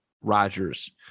Rodgers